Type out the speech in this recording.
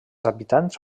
habitants